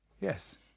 Yes